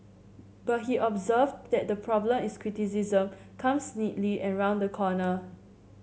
but he observed that the problem is criticism comes needly and round the corner